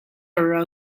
are